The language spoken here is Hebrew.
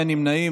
אין נמנעים.